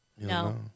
No